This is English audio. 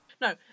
No